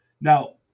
Now